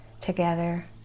together